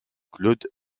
claude